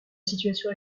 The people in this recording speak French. situation